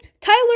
Tyler